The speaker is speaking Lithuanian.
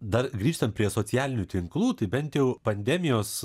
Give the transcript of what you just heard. dar grįžtant prie socialinių tinklų tai bent jau pandemijos